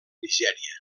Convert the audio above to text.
nigèria